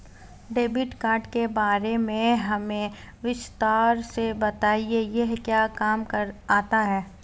Debit card के बारे में हमें विस्तार से बताएं यह क्या काम आता है?